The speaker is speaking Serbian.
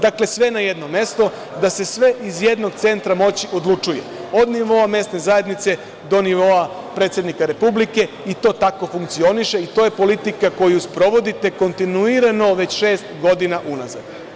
Dakle, sve na jedno mesto, da se sve iz jednog centra moći odlučuje od nivoa mesne zajednice do nivoa predsednika republike i to tako funkcioniše i to je politika koju sprovodite kontinuirano već šest godina unazad.